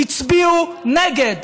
הצביעו נגד.